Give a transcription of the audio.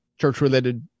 church-related